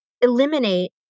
eliminate